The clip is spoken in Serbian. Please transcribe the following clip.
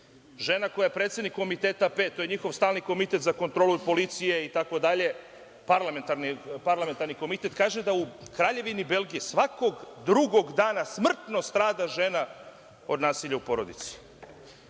Žena koja je predsednik Komiteta P, to je njihov stalni komitet za kontrolu policije itd. parlamentarni komitet, kaže da u Kraljevini Belgiji svakog drugog dana smrtno strada žena od nasilja u porodici,